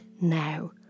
now